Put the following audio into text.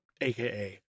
AKA